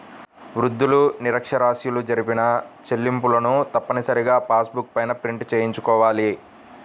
వృద్ధులు, నిరక్ష్యరాస్యులు జరిపిన చెల్లింపులను తప్పనిసరిగా పాస్ బుక్ పైన ప్రింట్ చేయించుకోవాలి